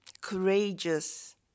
courageous